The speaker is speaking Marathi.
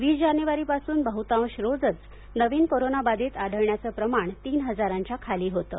वीस जानेवारीपासून बहुतांश रोजच नविन कोरोना बाधित आढळण्याचं प्रमाण तीन हजारच्या खाली होतं